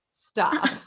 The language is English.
Stop